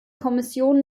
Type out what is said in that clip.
kommission